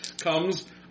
comes